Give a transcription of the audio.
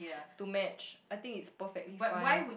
to match I think it's perfectly fine